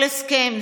כל הסכם,